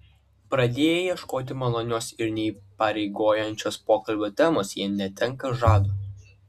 pradėję ieškoti malonios ir neįpareigojančios pokalbio temos jie netenka žado